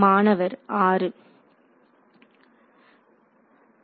மாணவர் 6